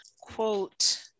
quote